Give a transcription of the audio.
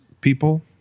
people